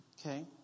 Okay